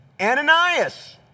Ananias